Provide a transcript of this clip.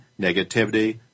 negativity